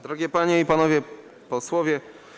Drogie Panie i Panowie Posłowie!